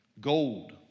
Gold